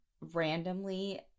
randomly